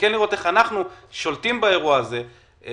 ולראות איך אנחנו שולטים באירוע הזה,